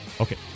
okay